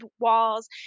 walls